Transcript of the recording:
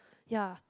ya